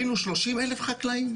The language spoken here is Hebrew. היינו 30,000 חקלאים,